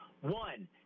One